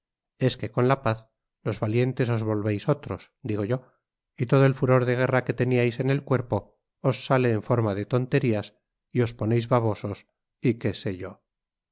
es que con la paz los valientes os volvéis otros digo yo y todo el furor de guerra que teníais en el cuerpo os sale en forma de tonterías y os ponéis babosos y qué sé yo